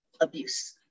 abuse